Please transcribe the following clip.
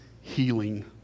healing